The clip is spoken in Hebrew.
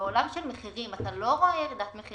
בעולם של מחירים, אתה לא רואה ירידת מחירים.